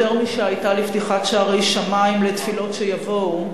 יותר משהיתה לפתיחת שערי שמים לתפילות שיבואו,